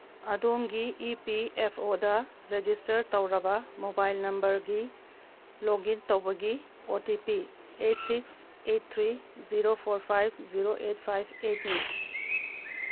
ꯑꯗꯣꯝꯒꯤ E P F ꯑꯣꯗ register ꯇꯧꯔꯕ ꯃꯣꯕꯥꯏꯜ ꯅꯝꯕꯔꯒꯤ ꯂꯣꯛꯒꯤꯟ ꯇꯧꯕꯒꯤ O T P eight six eight three zero four five zero eight five ꯑꯦꯠꯅꯤ